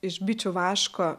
iš bičių vaško